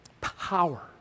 Power